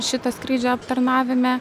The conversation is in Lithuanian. šito skrydžio aptarnavime